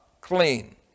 clean